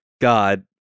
God